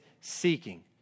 seeking